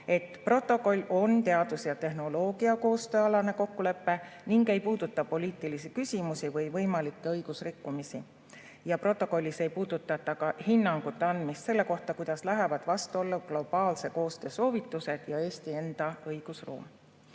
protokoll on teadus- ja tehnoloogiakoostöö alane kokkulepe ega puuduta poliitilisi küsimusi või võimalikke õigusrikkumisi. Protokollis ei puudutata hinnangute andmist selle kohta, kuidas lähevad vastuollu globaalse koostöö soovitused ja Eesti enda õigusruum.